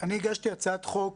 הגשתי הצעת חוק